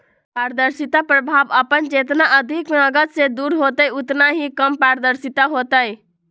पारदर्शिता प्रभाव अपन जितना अधिक नकद से दूर होतय उतना ही कम पारदर्शी होतय